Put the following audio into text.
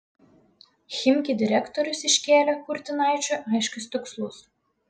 chimki direktorius iškėlė kurtinaičiui aiškius tikslus